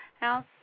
house